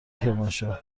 کرمانشاه